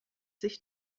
sich